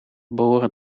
behoren